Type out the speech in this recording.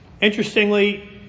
Interestingly